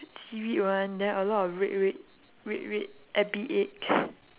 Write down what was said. seaweed one then a lot of red red red red ebi eggs